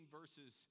verses